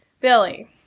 Billy